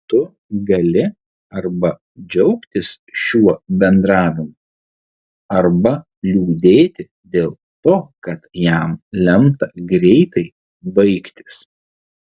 tu gali arba džiaugtis šiuo bendravimu arba liūdėti dėl to kad jam lemta greitai baigtis